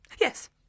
Yes